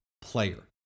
player